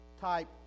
type